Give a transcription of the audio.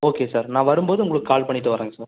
okay sir நான் வரும்போது உங்களுக்கு கால் பண்ணிவிட்டு வரங்க சார்